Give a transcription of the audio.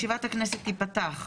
ישיבת הכנסת תיפתח,